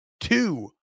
two